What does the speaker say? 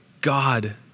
God